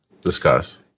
Discuss